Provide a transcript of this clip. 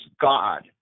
God